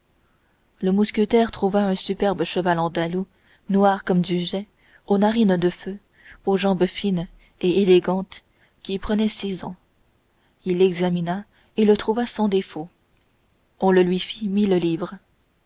le mousquetaire trouva un superbe cheval andalou noir comme du jais aux narines de feu aux jambes fines et élégantes qui prenait six ans il l'examina et le trouva sans défaut on le lui fit mille livres